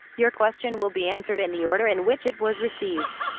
your question will be answered in the order in which it was received.